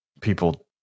people